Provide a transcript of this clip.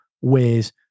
ways